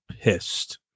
pissed